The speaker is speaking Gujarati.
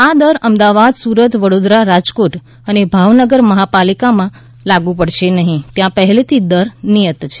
આ દર અમદાવાદ સુરત વડોદરા રાજકોટ અને ભાવનગર મહાનગરપાલિકાના વિસ્તારમાં લાગુ પડશે નહીં ત્યાં પહેલેથી દર નિયત છે